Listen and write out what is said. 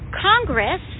Congress